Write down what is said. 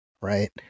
right